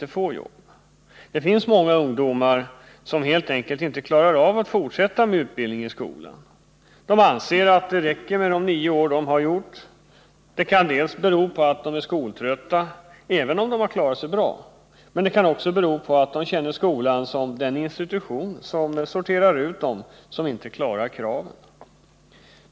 Det finns många ungdomar som helt enkelt inte klarar av att fortsätta med utbildning i skolan. De anser att det räcker med de nio år som de redan har klarat av. Detta kan dels bero på att ungdomarna är skoltrötta även om de klarat sig bra, dels på att de upplever skolan som en institution som sorterar ut dem som inte klarar kraven.